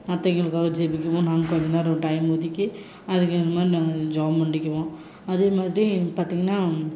மத்தவங்களுக்காக ஜெபிக்கவும் நாங்கள் கொஞ்சம் நேரம் டைம் ஒதுக்கி அதுக்கு ஏற்ற மாதிரி நாங்கள் ஜெபம் பண்ணிக்குவோம் அதே மாதிரி பார்த்திங்கனா